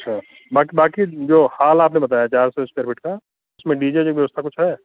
अच्छा बक बाकी जो हॉल आपने बताया चार सौ स्कावायर फीट का उसमें डी जे की व्यवस्था कुछ है